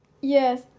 Yes